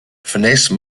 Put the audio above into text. finesse